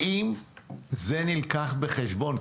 האם זה נלקח בחשבון?